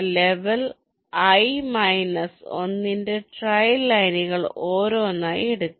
level i minus 1 ന്റെ trial ലൈനുകൾ ഒന്നൊന്നായി എടുക്കുക